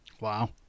Wow